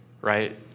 Right